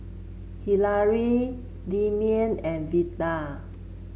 Hillary Demian and Veda